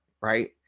right